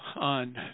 on